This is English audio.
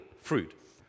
fruit